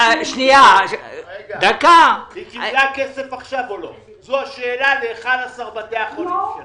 היא קיבלה כסף עכשיו או לא ל-11 בתי החולים שלה?